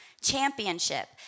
championship